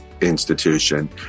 institution